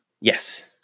Yes